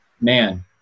man